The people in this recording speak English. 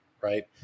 right